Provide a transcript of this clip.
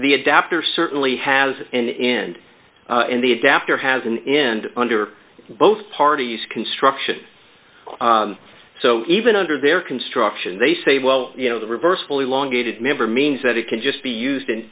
the adapter certainly has an end and the adapter has an end under both parties construction so even under their construction they say well you know the reverse fully long gated member means that it can just be used in